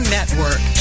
Network